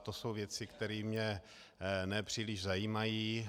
To jsou věci, které mě ne příliš zajímají.